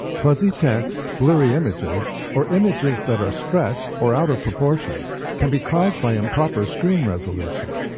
fuzzy text, blurry images, or images that are stretched or out of proportion can be caused by improper screen resolution,